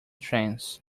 trance